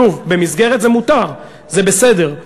שוב, במסגרת זה מותר, זה בסדר.